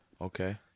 Okay